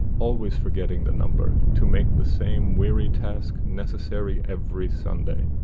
always forgetting the number, to make the same weary task necessary every sunday!